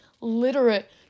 literate